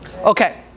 Okay